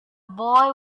boy